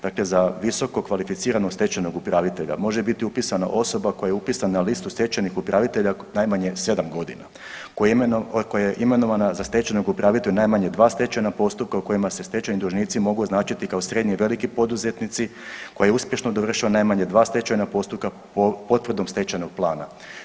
Da za visokokvalificiranog stečajnog upravitelja može biti upisana osoba koja je upisana na listu stečajnih upravitelja najmanje 7 godina, koja je imenovana za stečajnog upravitelja u najmanje 2 stečajna postupka u kojima se stečajni dužnici mogu označiti kao srednje i veliki poduzetnici, koja je uspješno dovršila najmanje 2 stečajnog postupka potvrdom stečajnog plana.